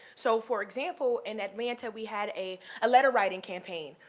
so, for example, in atlanta we had a ah letter writing campaign,